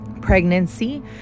pregnancy